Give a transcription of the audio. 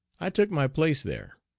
i took my place there.